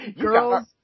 Girls